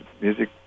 music